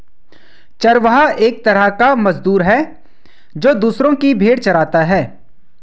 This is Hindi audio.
चरवाहा एक तरह का मजदूर है, जो दूसरो की भेंड़ चराता है